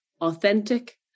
authentic